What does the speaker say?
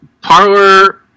Parlor